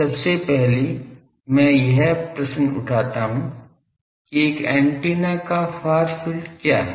सबसे पहले मैं यह प्रश्न उठाता हूं कि एक एंटीना का फार फील्ड क्या है